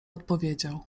odpowiedział